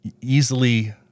easily